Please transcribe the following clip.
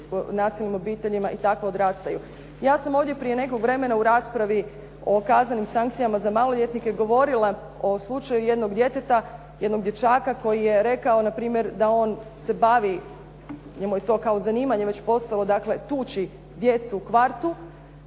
nasilnim obiteljima i takva odrastaju. Ja sam ovdje prije nekog vremena u raspravi o kaznenim sankcijama za maloljetnike govorila o slučaju jednog djeteta, jednog dječaka koji je rekao npr. da on se bavi, njemu je to kao zanimanje već postalo, dakle tući djecu u kvartu.